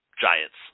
Giants